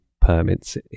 permits